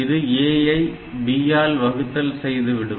இது A ஐ B ஆல் வகுத்தல் செய்து விடும்